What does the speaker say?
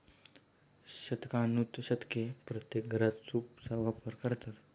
शतकानुशतके प्रत्येक घरात सूपचा वापर करतात